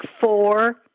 four